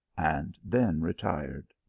and then retired.